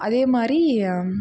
அதே மாதிரி